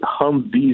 Humvees